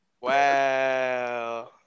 Wow